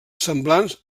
semblants